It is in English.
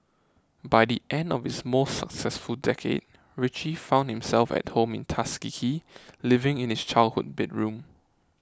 by the end of his most successful decade Richie found himself at home in Tuskegee living in his childhood bedroom